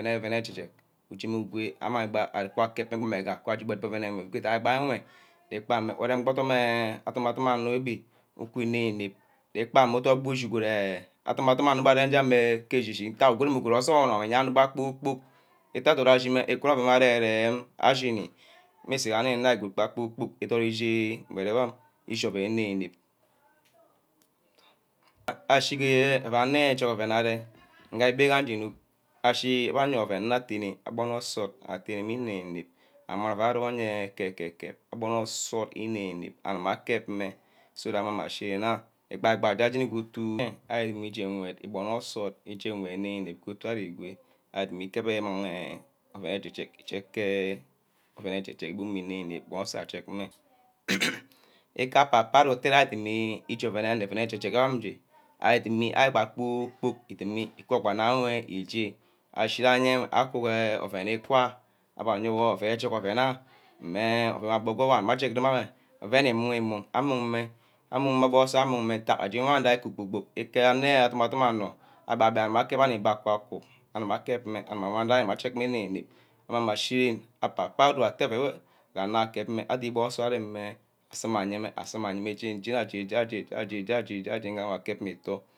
neh edubor edidit, ujemeh ugwe gba aremeh ke ouen edi-dit ala kep meh igam kubor aje ba ke idai gba enwe, ikpaga erome gbor odum eh adim adim anor ke obin ûku inep-inep ye kpaha udot wor uju ugure adim-adim onor gbe ke echi-chi agwuro-muguru osoil gba anor wor iyeba kpor-kpork, ita dot ashimeh ke ouen arear rem ashini misu igsha nne good gba kpor-kpork idot ije ouen gor che ouen inep-inep, achigehe adubor anor ijag ouen inep-inep amang ouen wor arong ye ake-kep, abonor nsort ineh-nep mma kep meh so that amang meh ashi nen, gbeneh ibai-bia mmeh jeni ajeni ke otu enwe arigume ijeh ngwed, ibonor nsort ujeg meh inep-inep ke utu ari gwe ari kemeh ikep amoneh ousen eje-jeg ke ouen eje. Je inep-inep abonor nsort ajeg mrh ika-ka papayour adimi iche oueneh eje-jeg enwe ari dumi ibad kpor-kpork idimi ikoh gba nna awe ije ashiga eku ke ouen ikwa oua yewor ouen ijek ouen ah meh ouen abob gee obuck mmag ajege ameh, ouen imun-imune, amang meh, amang meh akah kere meh ntagha aje wan ka bor-bor-bor ganne adim adim onor abbeh abere ke wani mbeh aku-aku anim akep meh aguma ajemeh, meh inep inep anang akep meh iborno nsort iremeh asima ayemeh ayemeh jeni jeni jeni jeni ngeh asog mmeh isoh. Imang wor ije geh mang je igam meh ngee odor itemeh igameh iremeh ije, gba auugeh umeh orong eh ouen aje, je jagha among atene ijick ma ke ouen nje gee usor anor mma ate-tene adorn irom nne dene, igaha meh anor abbeh jeni.